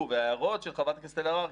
וההערות של חברת הכנסת אלהרר,